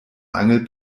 angel